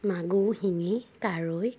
মাগুৰ শিঙি কাৰৈ